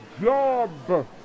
job